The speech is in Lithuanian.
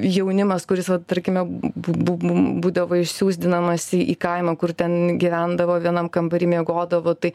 jaunimas kuris vat tarkime bū bū būdavo išsiųsdinamas į kaimą kur ten gyvendavo vienam kambary miegodavo tai